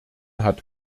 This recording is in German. hat